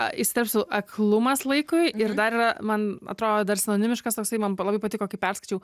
jis tarsi aklumas laikui ir dar yra man atrodo dar sinonimiškas toksai man labai patiko kai perskaičiau